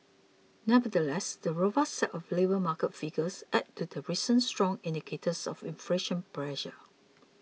nevertheless the robust set of labour market figures adds to recent stronger indicators of inflation pressure